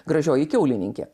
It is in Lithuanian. gražioji kiaulininkė